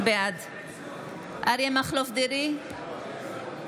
בעד אריה מכלוף דרעי,